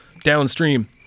downstream